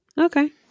Okay